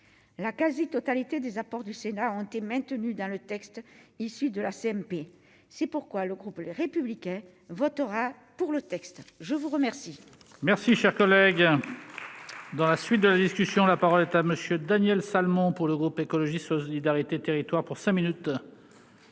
la quasi-totalité des apports du Sénat ont été maintenus dans le texte issu de la CMP, c'est pourquoi le groupe Les Républicains votera pour le texte, je vous remercie. Merci, cher collègue, dans la suite de la justice. Si on la parole est à Monsieur Daniel Salmon pour le groupe Écologie Solidarité territoire pour 5 minutes.